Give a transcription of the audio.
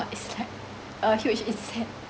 it's like a huge insect